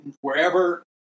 wherever